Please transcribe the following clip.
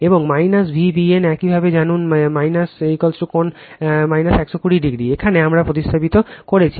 এবং Vbn একইভাবে জানুন কোণ 120o এখানে আমরা প্রতিস্থাপন করছি